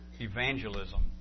evangelism